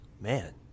Man